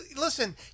listen